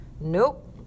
Nope